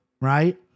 right